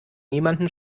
niemandem